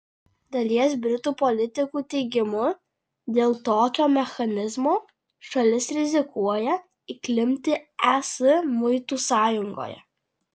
dalies britų politikų teigimu dėl tokio mechanizmo šalis rizikuoja įklimpti es muitų sąjungoje